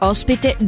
Ospite